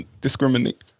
discriminate